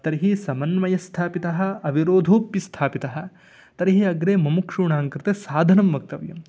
तर्हि समन्वयः स्थापितः अविरोधोपिस्थापितः तर्हि अग्रे ममुक्षूणां कृते साधनं वक्तव्यम्